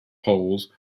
polls